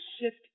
shift